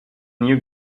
new